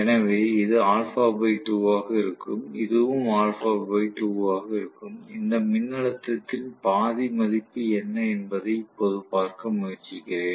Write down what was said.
எனவே இது α 2 ஆக இருக்கும் இதுவும் α 2 ஆகஇருக்கும் இந்த மின்னழுத்தத்தின் பாதி மதிப்பு என்ன என்பதை இப்போது பார்க்க முயற்சிக்கிறேன்